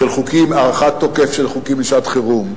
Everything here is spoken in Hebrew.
הארכת תוקף של חוקים לשעת-חירום,